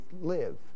live